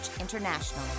International